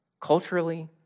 Culturally